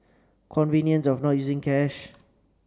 convenience of not using cash